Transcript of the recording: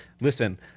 Listen